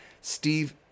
Steve